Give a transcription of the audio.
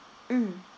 mm